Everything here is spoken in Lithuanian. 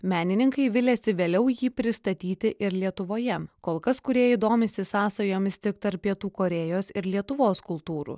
menininkai viliasi vėliau jį pristatyti ir lietuvoje kol kas kūrėjai domisi sąsajomis tik tarp pietų korėjos ir lietuvos kultūrų